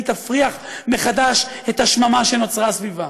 היא תפריח מחדש את השממה שנוצרה סביבה,